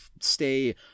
stay